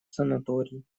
санаторий